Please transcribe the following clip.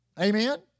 Amen